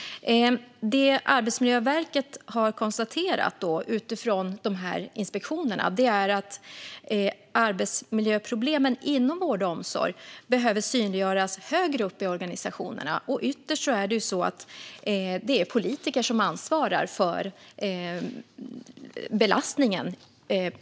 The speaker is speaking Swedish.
Utifrån inspektionerna har Arbetsmiljöverket konstaterat att arbetsmiljöproblemen inom vård och omsorg behöver synliggöras högre upp i organisationerna. Ytterst är det politiker som ansvarar för belastningen.